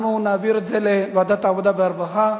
אנחנו נעביר את זה לוועדת העבודה והרווחה.